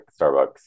Starbucks